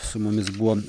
su mumis buvo